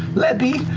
lebby,